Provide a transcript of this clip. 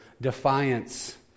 defiance